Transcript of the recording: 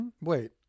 Wait